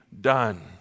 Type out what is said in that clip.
done